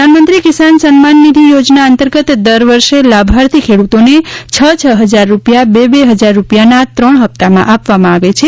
પ્રધાનમંત્રી કિસાન સન્માન નિધિ થોજના અંતર્ગત દર વર્ષે લાભાર્થી ખેડૂતોને છ છ હજાર રૂપિયા બે બે હજાર રૂપિયા ત્રણ હપ્તામાં આપવામાં આવે છે